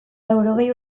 laurogei